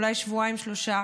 אולי שבועיים-שלושה,